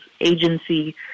agency